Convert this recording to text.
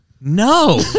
No